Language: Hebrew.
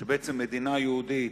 שבעצם במדינה יהודית,